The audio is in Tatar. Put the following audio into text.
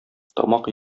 тамак